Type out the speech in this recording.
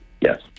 Yes